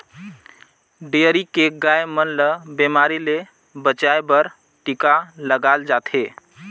dairy के गाय मन ल बेमारी ले बचाये बर टिका लगाल जाथे